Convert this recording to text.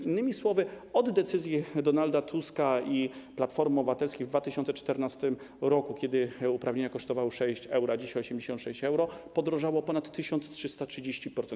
Innymi słowy, od decyzji Donalda Tuska i Platformy Obywatelskiej w 2014 r., kiedy uprawnienia kosztowały 6 euro – a dzisiaj 86 euro – podrożały o ponad 1330%.